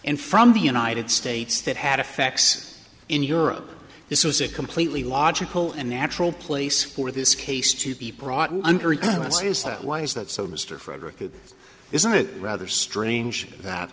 and from the united states that had effects in europe this was a completely logical and natural place for this case to be brought under us is that why is that so mr fredricka isn't it rather strange that